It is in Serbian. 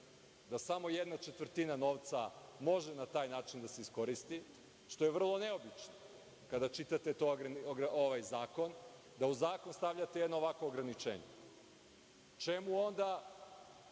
da samo jedna četvrtina novca može na taj način da se iskoristi, što je vrlo neobično kada čitate ovaj zakon da u zakon stavljate jedno ovakvo ograničenje. Čemu onda